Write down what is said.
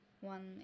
one